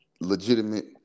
legitimate